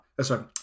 sorry